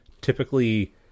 typically